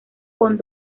con